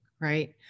right